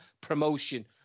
promotion